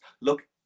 look